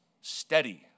steady